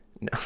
No